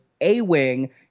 A-Wing